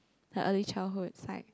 like early childhoods like